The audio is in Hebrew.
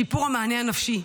2. שיפור המענה הנפשי: